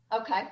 Okay